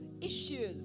issues